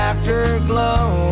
Afterglow